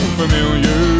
familiar